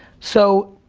so,